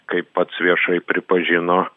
kaip pats viešai pripažino